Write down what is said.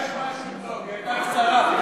יש משהו טוב, היא הייתה קצרה.